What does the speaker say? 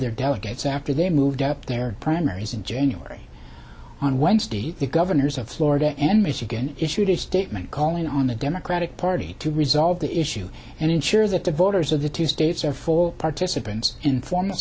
their delegates after they moved up their primaries in january on wednesday the governors of florida and michigan issued a statement calling on the democratic party to resolve the issue and ensure that the voters of the two states are full participants in forma